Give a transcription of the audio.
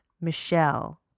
Michelle